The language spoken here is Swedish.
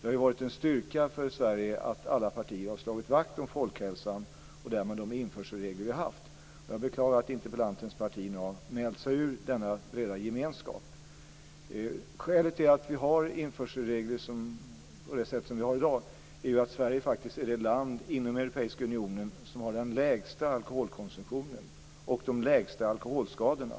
Det har ju varit en styrka för Sverige att alla partier har slagit vakt om folkhälsan och därmed om de införselregler som vi har haft. Jag beklagar att interpellantens parti nu har mält sig ur denna gemenskap. Skälet till att vi har dessa införselregler är ju att Sverige faktiskt är det land inom Europeiska unionen som har den lägsta alkoholkonsumtionen och de minsta alkoholskadorna.